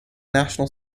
national